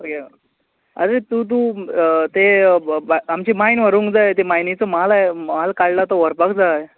प्रीय आरे तूं तूं ते आमची माय्न व्हरूंक जाय मायनिचो म्हाल म्हाल काडला तो व्हरपाक जाय